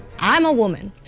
i'm a woman,